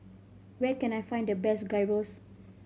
where can I find the best Gyros